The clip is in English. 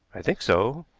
i think so.